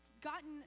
gotten